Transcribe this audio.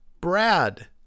Brad